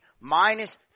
minus